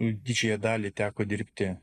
didžiąją dalį teko dirbti